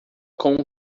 com